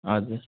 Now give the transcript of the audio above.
हजुर